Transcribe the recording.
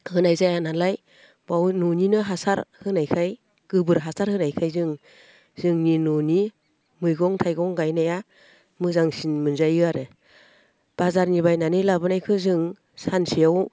होनाय जाया नालाय बाव न'निनो हासार होनायखाय गोबोर हासार होनायखाय जों जोंनि न'नि मैगं थाइगं गायनाया मोजांसिन मोनजायो आरो बाजारनि बायनानै लाबोनायखौ जों सानसेयाव